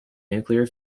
nuclear